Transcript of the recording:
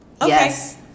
Yes